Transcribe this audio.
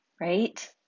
right